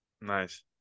Nice